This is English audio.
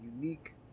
unique